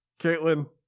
Caitlin